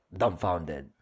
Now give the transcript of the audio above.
dumbfounded